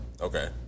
Okay